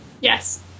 Yes